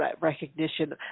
recognition